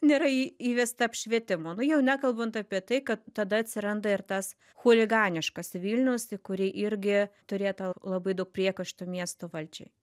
nėra įvesta apšvietimo nu jau nekalbant apie tai kad tada atsiranda ir tas chuliganiškas vilnius į kurį irgi turėta labai daug priekaištų miesto valdžiai